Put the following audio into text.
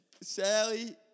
Sally